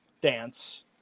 dance